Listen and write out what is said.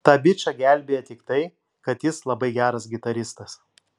tą bičą gelbėja tik tai kad jis labai geras gitaristas